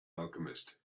alchemist